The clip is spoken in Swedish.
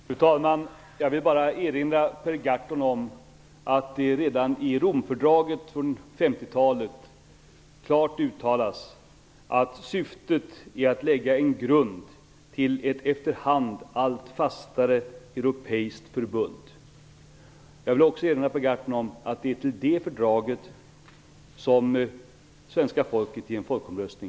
Fru talman! Jag vill bara erinra Per Gahrton om att det redan i Romfördraget från 50-talet klart uttalas att syftet är att lägga en grund till ett efter hand allt fastare europeiskt förbund. Jag vill också erinra Per Gahrton om att det är det fördraget som svenska folket röstat ja till i en folkomröstning.